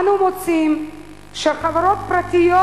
אנו מוצאים שחברות פרטיות,